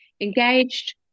engaged